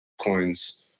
coins